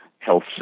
Health